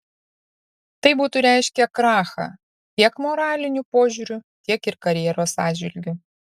tai būtų reiškę krachą tiek moraliniu požiūriu tiek ir karjeros atžvilgiu